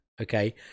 okay